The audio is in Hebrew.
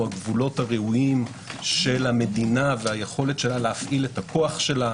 הגבולות הראויים של המדינה וכוחה להפעיל את כוחה.